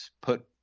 put